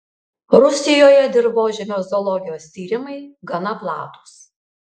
rusijoje dirvožemio zoologijos tyrimai gana platūs